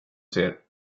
ser